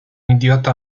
idiota